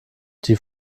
die